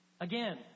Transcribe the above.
again